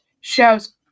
shows